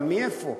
אבל מאיפה?